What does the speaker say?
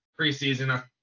preseason